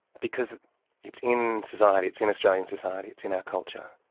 because it's in society, it's in australian society, it's in our culture.